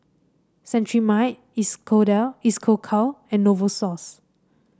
Cetrimide Isocal and Novosource